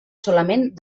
solament